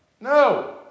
No